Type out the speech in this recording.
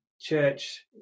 church